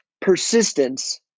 persistence